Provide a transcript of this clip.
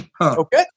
Okay